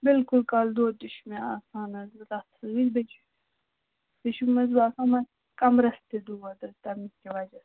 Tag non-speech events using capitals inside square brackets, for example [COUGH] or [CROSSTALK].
بِلکُل کَلہٕ دود تہِ چھُ مےٚ آسان حظ [UNINTELLIGIBLE] بیٚیہِ چھُ منٛزٕ باسان منٛزٕ کَمرَس تہِ دود حظ تَمۍ کہِ وَجہ